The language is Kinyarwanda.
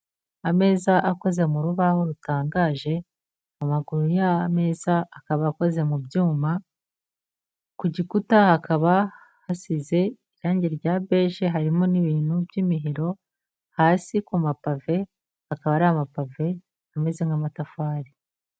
Ameza akoze mu rubaho rutangaje, amaguru y'ameza akaba akoze mu byuma, ku gikuta hakaba hasize irangi rya beje, harimo n'ibintu by'imihiro, hasi ku mapave akaba ari amapave ameze nk'amatafari.